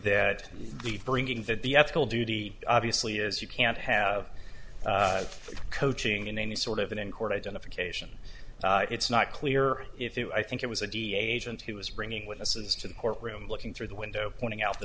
that the bringing that the ethical duty obviously is you can't have coaching in any sort of an in court identification it's not clear if you i think it was a dea agent who was bringing witnesses to the courtroom looking through the window pointing out the